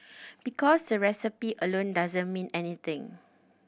because the recipe alone doesn't mean anything